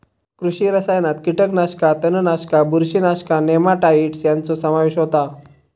कृषी रसायनात कीटकनाशका, तणनाशका, बुरशीनाशका, नेमाटाइड्स ह्यांचो समावेश होता